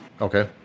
Okay